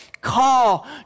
call